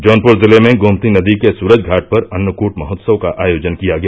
जौनपुर जिले में गोमती नदी के सूरज घाट पर अन्नकूट महोत्सव का आयोजन किया गया